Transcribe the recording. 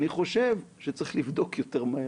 אני חושב שצריך לבדוק יותר מהר.